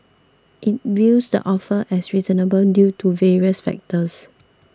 it views the offer as reasonable due to various factors